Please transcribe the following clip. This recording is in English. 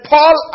Paul